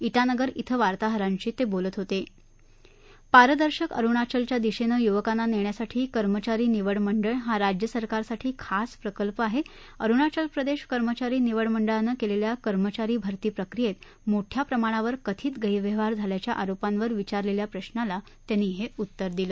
इटानगर इथं वार्ताहरांशी तब्रिलत होत पारदर्षक अरूणाचलच्या दिशात्रिमुवकांना नख्रासाठी कर्मचारी निवड मंडळ हा राज्य सरकारसाठी खास प्रकल्प आहा अरूणाचल प्रदृष्ककर्मचारी निवड मंडळानं घस्किल्धा कर्मचारी भरती प्रक्रियस्मोठ्या प्रमाणावर कथित गैरव्यवहार झाल्याच्या आरोपांवर विचारलख्खा प्रश्नाला त्यांनी हउत्तिर दिलं